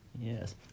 Yes